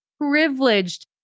privileged